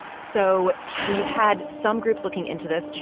so we've had some groups looking into this.